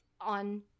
on